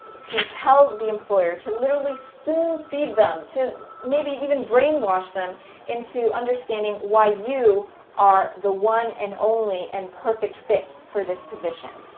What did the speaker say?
to tell the employer to literally spoon feed them to maybe even brainwash them to understanding why you are the one and only and perfect fit for this position.